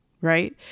Right